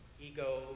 ego